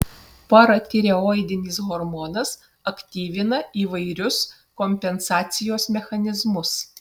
paratireoidinis hormonas aktyvina įvairius kompensacijos mechanizmus